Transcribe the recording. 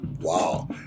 Wow